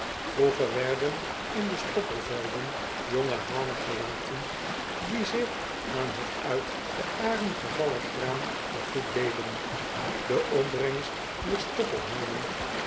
roeger werden in de stoppelvelden jonge hanen gelaten die zich aan het uit de aren gevallen graan te goed deden e opbrengst dier